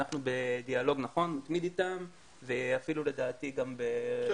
אנחנו בדיאלוג מתמיד איתם ואפילו לדעתי --- כן,